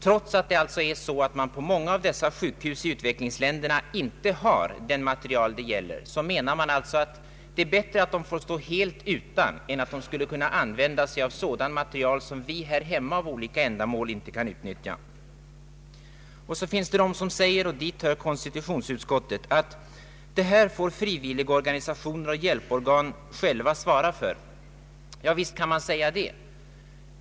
Trots att det alltså är så att man på många av sjukhusen i utvecklingsländerna inte har den materiel det gäller anses det bättre att man får stå helt utan än att man använder sådan materiel som vi här hemma av olika skäl inte kan utnyttja. Så finns det de som säger — dit hör konstitutionsutskottet — att detta får frivilligorganisationer och hjälporgan själva svara för. Ja, visst kan man säga det.